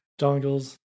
dongles